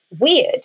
weird